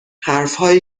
حرفهایی